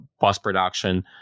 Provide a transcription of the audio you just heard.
post-production